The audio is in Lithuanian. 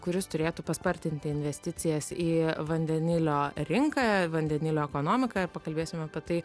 kuris turėtų paspartinti investicijas į vandenilio rinką vandenilio ekonomiką ir pakalbėsim apie tai